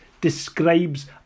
describes